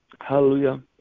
Hallelujah